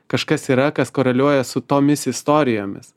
kažkas yra kas koreliuoja su tomis istorijomis